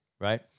right